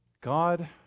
God